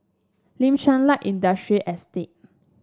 Kim Chuan Light Industrial Estate